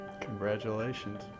Congratulations